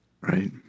Right